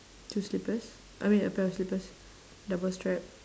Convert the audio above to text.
two slippers I mean a pair of slippers double strap